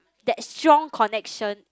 that strong connection